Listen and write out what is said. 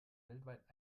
weltweit